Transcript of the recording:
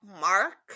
Mark